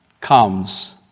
comes